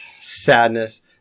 sadness